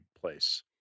place